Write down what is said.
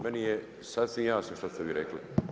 Meni je sasvim jasno što ste vi rekli.